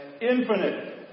infinite